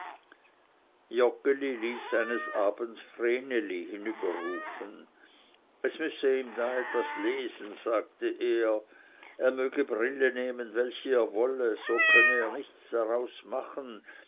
eines abends vreneli hinüberrufen es müsse ihm da etwas lesen sagte er er möge brille nehmen welche er wolle so könne er nichts daraus machen